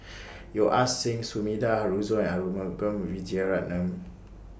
Yeo Ah Seng Sumida Haruzo Arumugam Vijiaratnam